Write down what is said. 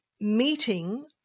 meeting